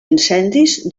incendis